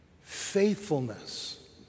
faithfulness